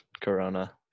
Corona